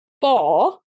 four